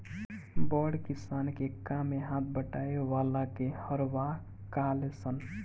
बड़ किसान के काम मे हाथ बटावे वाला के हरवाह कहाले सन